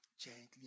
gently